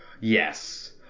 Yes